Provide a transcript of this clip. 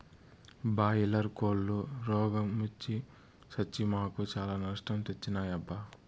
boiler కోల్లు రోగ మొచ్చి సచ్చి మాకు చాలా నష్టం తెచ్చినాయబ్బా